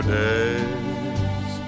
days